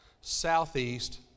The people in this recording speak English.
southeast